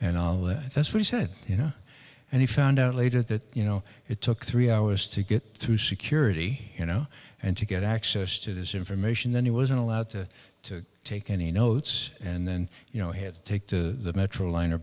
and all that that's what he said you know and he found out later that you know it took three hours to get through security you know and to get access to this information then he wasn't allowed to to take any notes and then you know had to take the metroline